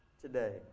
today